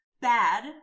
bad